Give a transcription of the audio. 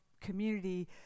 community